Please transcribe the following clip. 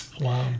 Wow